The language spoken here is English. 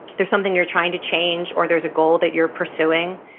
there's something you're trying to change or there's a goal that you're pursuing,